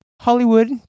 Hollywood